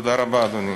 תודה רבה, אדוני.